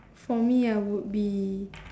for me ah would be